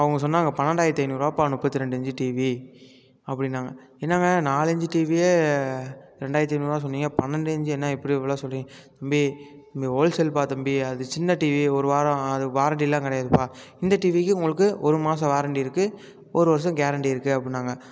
அவங்க சொன்னாங்க பன்னெண்டாயிரத்தி ஐநூறுபாப்பா முப்பத்து ரெண்டு இன்ச்சி டிவி அப்படின்னாங்க என்னங்க நாலு இன்ச்சி டிவியே ரெண்டாயிரத்தி ஐநூறுபா சொன்னீங்க பன்னெண்டு இன்ச்சி என்ன இப்படி இவ்வளோ சொல்கிறீங்க தம்பி தம்பி ஹோல்சேல்ப்பா தம்பி அது சின்ன டிவி ஒரு வாரம் அது வாரண்டிலாம் கிடையாதுப்பா இந்த டிவிக்கு உங்களுக்கு ஒரு மாசம் வாரண்டி இருக்குது ஒரு வருஷம் கேரண்டி இருக்குது அப்புடின்னாங்க